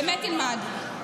באמת תלמד.